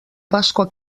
pasqua